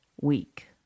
week